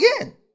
again